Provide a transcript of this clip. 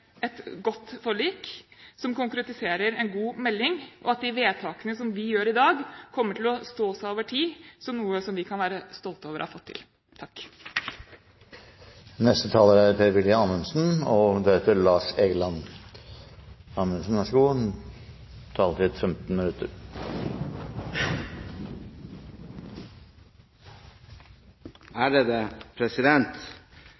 et godt forlik, som konkretiserer en god melding, og at de vedtakene vi gjør i dag, kommer til å stå seg over tid som noe vi kan være stolte over å ha fått til. De siste ukene har vært noen underlige uker. Det har vært mye spekulasjoner i media om hvem som er inne, og